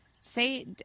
Say